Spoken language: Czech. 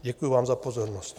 Děkuji vám za pozornost.